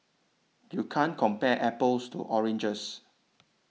you can't compare apples to oranges